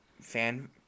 fan